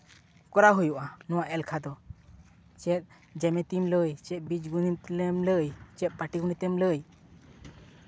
ᱠᱚᱨᱟᱣ ᱦᱩᱭᱩᱜᱼᱟ ᱱᱚᱣᱟ ᱮᱞᱠᱷᱟ ᱫᱚ ᱪᱮᱫ ᱡᱮᱢᱤᱛᱤᱢ ᱞᱟᱹᱭ ᱪᱮᱫ ᱵᱤᱡᱽ ᱜᱚᱱᱤᱛ ᱮᱢ ᱞᱟᱹᱭ ᱪᱮᱫ ᱯᱟᱴᱤ ᱜᱚᱱᱤᱛᱮᱢ ᱞᱟᱹᱭ